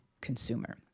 consumer